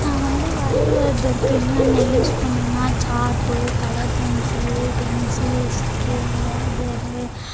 நான் வந்து வரைவதற்கு என்னென்ன யூஸ் பண்ணுவேன்னா chart colour pencil pencil scale eraser